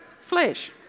flesh